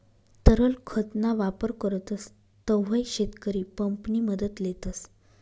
तरल खत ना वापर करतस तव्हय शेतकरी पंप नि मदत लेतस